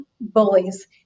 bullies